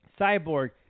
Cyborg